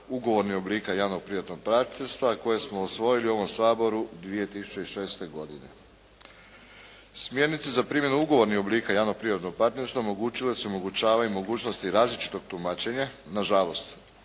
ugovornih oblika javno-privatnog partnerstva koje smo usvojili u ovom Saboru 2006. godine. Smjernice za primjenu ugovornih oblika javno-privatnog partnerstva omogućile su i omogućavaju mogućnosti različitog tumačenja nažalost